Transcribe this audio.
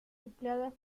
empleadas